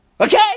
Okay